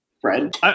Fred